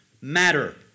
Matter